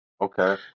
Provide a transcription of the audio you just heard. Okay